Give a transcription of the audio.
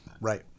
Right